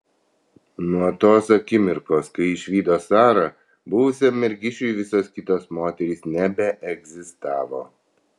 nuo tos akimirkos kai išvydo sarą buvusiam mergišiui visos kitos moterys nebeegzistavo